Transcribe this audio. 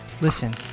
Listen